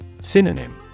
Synonym